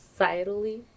societally